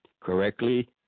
correctly